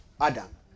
Adam